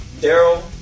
Daryl